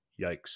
yikes